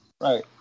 Right